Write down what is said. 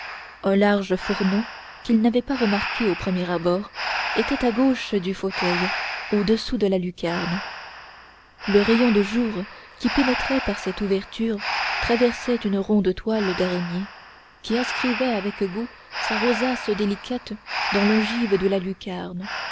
un large fourneau qu'il n'avait pas remarqué au premier abord était à gauche du fauteuil au-dessous de la lucarne le rayon de jour qui pénétrait par cette ouverture traversait une ronde toile d'araignée qui inscrivait avec goût sa rosace délicate dans l'ogive de la lucarne